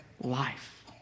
life